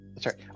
Sorry